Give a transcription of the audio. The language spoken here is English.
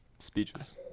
speeches